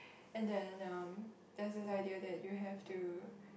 and then um there's this idea that you have to